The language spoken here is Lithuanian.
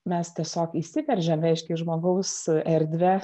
mes tiesiog įsiveržėm reiškia į žmogaus erdvę